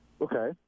Okay